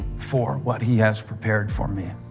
for what he has prepared for me.